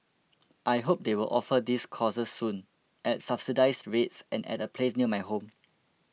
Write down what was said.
I hope they will offer these courses soon at subsidised rates and at a place near my home